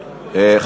השרה.